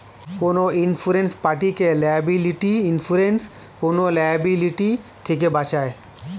যেকোনো ইন্সুরেন্স পার্টিকে liability insurance কোন লায়াবিলিটি থেকে বাঁচায়